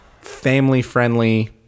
family-friendly